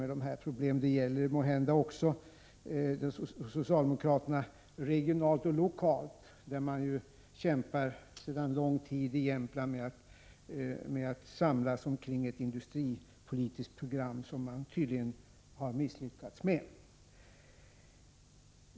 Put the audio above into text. Det gäller måhända också socialdemokraterna regionalt och lokalt, vilka i Jämtland sedan lång tid kämpar för att samlas kring ett industripolitiskt program, som man tydligen har misslyckats med.